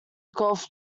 golf